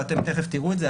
ואתם תיכף תראו את זה,